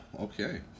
Okay